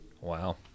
Wow